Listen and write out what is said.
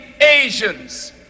Asians